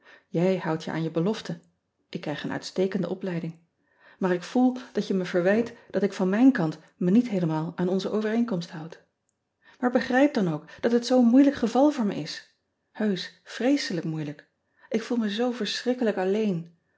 ij houdt je aan je belofte ik krijg een uitstekende opleiding maar ik voel dat je me verwijt dat ik van mijn kant me niet heelemaal aan onze overeenkomst houd aar begrijp dan ook dat het zoo n moeilijk geval voor me is eusch vreeselijk moeilijk k voel me zoo verschrikkelijk alleen